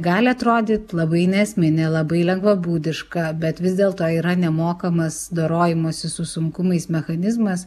gali atrodyt labai neesminė labai lengvabūdiška bet vis dėlto yra nemokamas dorojamasis su sunkumais mechanizmas